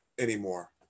anymore